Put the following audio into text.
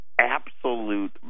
absolute